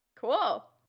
Cool